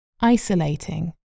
isolating